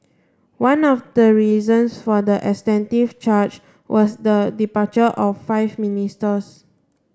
one of the reasons for the extensive charge was the departure of five ministers